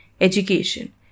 education